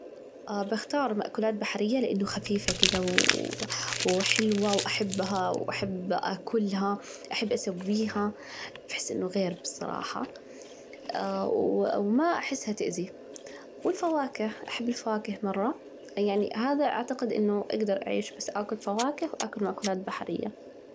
بختار مأكولات بحرية لأنه خفيفة كده ،وحلوة ،وأحبها وأحب أكلها، أحب أسويها بحس إنه غير بصراحة، وما أحسها تأذي، والفواكه، أحب الفواكه مرة، يعني هذا أعتجد إنه أجدر أعيش بس آكل فواكه وأكل مأكولات بحرية.